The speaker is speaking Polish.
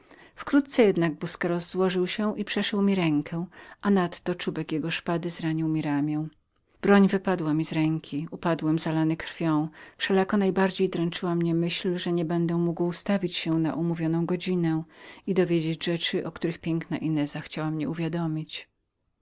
wkrótce jednak przeciwnik mój złożył się z niepospolitą zręcznością i przeszył mi rękę a nawet zranił w ramię szpada wypadła mi z ręki upadłem zalany krwią wszelako najbardziej dręczyła mnie niemożność stawienia się na umówioną godzinę i dowiedzenia się rzeczy o których piękna ineza chciała mnie uwiadomić